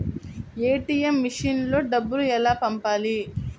ATM మెషిన్లో డబ్బులు ఎలా పంపాలి?